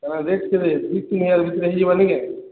rate କେତେ ଦୁଇ ତିନହଜାର ଭିତରେ ହେଇଯିବାନି କେଁ